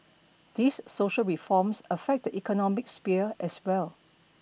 these social reforms affect the economic sphere as well